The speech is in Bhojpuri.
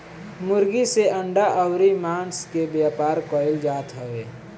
मुर्गी से अंडा अउरी मांस के व्यापार कईल जात हवे